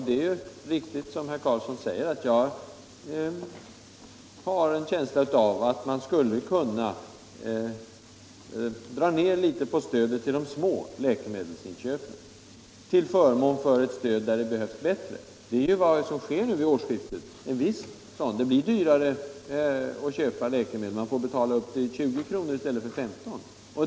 Det är riktigt, som herr Karlsson säger, att jag har en känsla av att man skulle kunna dra ner litet på stödet till de små läkemedelsinköpen till förmån för ett stöd där det behövs bättre. Det är vad som sker vid årsskiftet. Då blir det dyrare att köpa läkemedel. Man får betala upp till 20 kr. i stället för 15 kr.